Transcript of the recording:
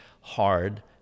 hard